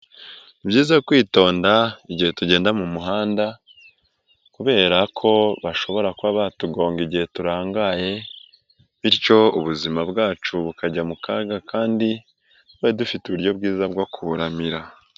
Ni byiza kwitonda igihe tugenda mu muhanda kubera ko bashobora kuba batugonga igihe turangaye bityo ubuzima bwacu bukajya mu kaga kandi twari dufite uburyo bwiza bwo kuburamira.